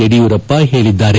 ಯಡಿಯೂರಪ್ಪ ಹೇಳಿದ್ದಾರೆ